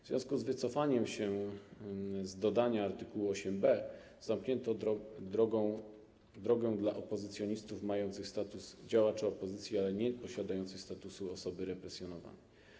W związku z wycofaniem się z dodania art. 8b zamknięto drogę dla opozycjonistów mających status działacza opozycji, ale nieposiadających statusu osoby represjonowanej.